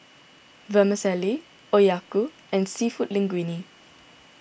Vermicelli Okayu and Seafood Linguine